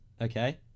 okay